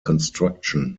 construction